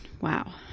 wow